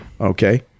Okay